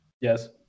yes